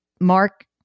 Mark